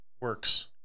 Works